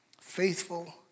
Faithful